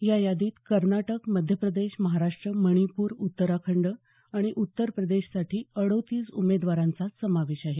या यादीत कर्नाटक मध्य प्रदेश महाराष्ट्र मणिपूर उत्तराखंड आणि उत्तर प्रदेशसाठी अडोतीस उमेदवारांचा समावेश आहे